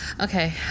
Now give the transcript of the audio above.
Okay